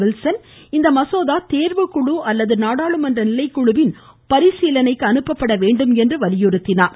Wilson இந்த மசோதா தேர்வுக்குழு அல்லது நாடாளுமன்ற நிலைக்குழுவின் பரிசீலனைக்கு அனுப்பப்பட வேண்டும் என்றும் வலியுறுத்தினார்